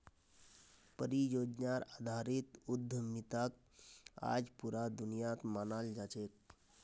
परियोजनार आधारित उद्यमिताक आज पूरा दुनियात मानाल जा छेक